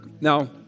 Now